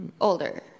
older